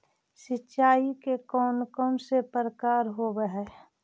सिंचाई के कौन कौन से प्रकार होब्है?